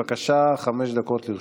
בבקשה, חמש דקות לרשותך.